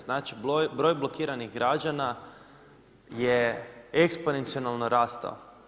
Znači, broj blokiranih građana je eksponencijalno rastao.